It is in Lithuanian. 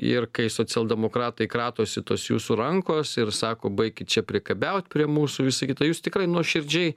ir kai socialdemokratai kratosi tos jūsų rankos ir sako baikit čia priekabiaut prie mūsų visa kita jūs tikrai nuoširdžiai